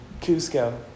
Cusco